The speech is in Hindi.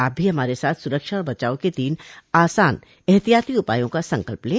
आप भी हमारे साथ सुरक्षा और बचाव के तीन आसान एहतियाती उपायों का संकल्प लें